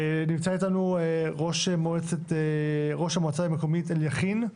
נמצא איתנו ראש המועצה המקומית אליכין.